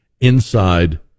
inside